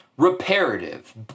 reparative